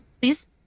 please